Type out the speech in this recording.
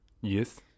Yes